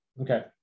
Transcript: Okay